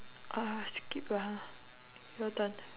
!alah! skip lah your turn